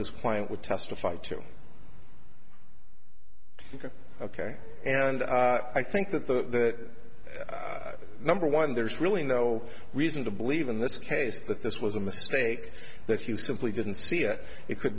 his client would testify to ok and i think that that number one there's really no reason to believe in this case that this was a mistake that you simply didn't see it it could